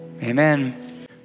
amen